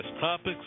topics